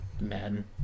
Madden